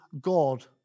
God